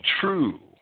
true